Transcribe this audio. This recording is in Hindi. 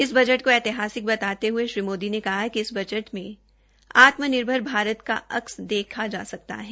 इस बजट को एतिहासिक बताते हये श्री मोदी ने कहा कि इस बजट में आत्मनिर्भर भारत की अक्स देखा जा सकता है